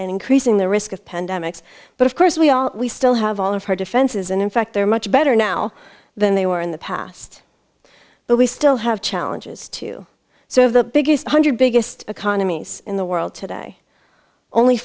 and increasing the risk of pandemics but of course we are we still have all of her defenses and in fact they're much better now than they were in the past but we still have challenges to so of the biggest one hundred biggest economies in the world today only